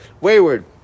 wayward